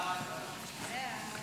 סעיפים